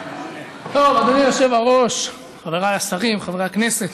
אדוני היושב-ראש, חבריי השרים, חברי הכנסת,